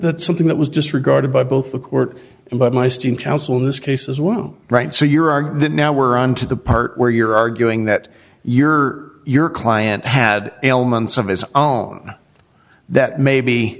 that's something that was disregarded by both the court and by my steam counsel in this case as well right so you're arguing that now we're on to the part where you're arguing that your or your client had elements of his own that maybe